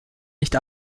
nicht